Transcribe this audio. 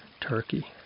Turkey